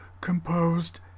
composed